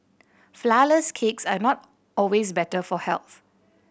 flourless cakes are not always better for health